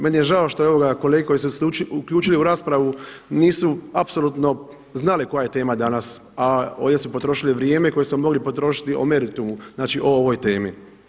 Meni je žao što kolege koji su se uključili u raspravu nisu apsolutno znali koja je tema danas a ovdje su potrošili vrijeme koje smo mogli potrošiti o meritumu, znači o ovoj temi.